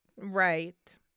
Right